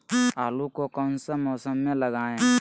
आलू को कौन सा मौसम में लगाए?